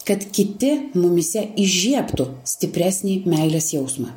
kad kiti mumyse įžiebtų stipresnį meilės jausmą